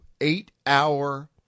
eight-hour